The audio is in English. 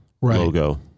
logo